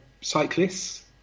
cyclists